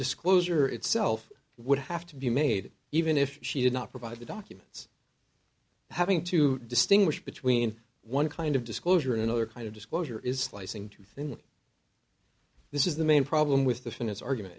disclosure itself would have to be made even if she did not provide the documents having to distinguish between one kind of disclosure and other kind of disclosure is slicing too thinly this is the main problem with the finance argument